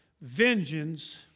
vengeance